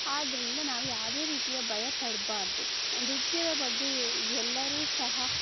ಆದ್ದರಿಂದ ನಾವು ಯಾವ್ದೆ ರೀತಿಯ ಭಯ ಪಡಬಾರ್ದು ನೃತ್ಯದ ಬಗ್ಗೆ ಎಲ್ಲರೂ ಸಹ